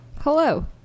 hello